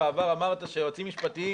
בדיון אחר בעבר אמרת שהיועצים המשפטיים